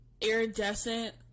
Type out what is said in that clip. iridescent